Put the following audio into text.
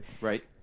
Right